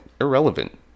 irrelevant